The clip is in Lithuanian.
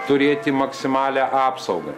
turėti maksimalią apsaugą